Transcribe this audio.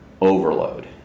overload